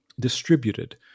distributed